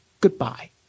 goodbye